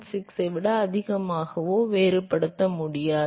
6 ஐ விட அதிகமாகவோ வேறுபடுத்த முடியாது